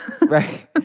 Right